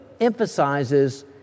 emphasizes